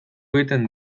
egiten